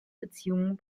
beziehung